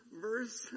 verse